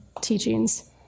teachings